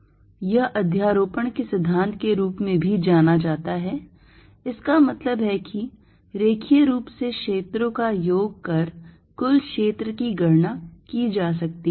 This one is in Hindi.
Fnet14π0qQiri3ri यह अध्यारोपण के सिद्धांत के रूप में भी जाना जाता है इसका मतलब है कि रेखीय रूप से क्षेत्रों का योग कर कुल क्षेत्र की गणना की जा सकती है